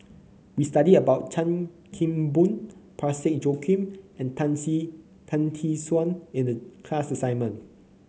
we studied about Chan Kim Boon Parsick Joaquim and Tan See Tan Tee Suan in the class assignment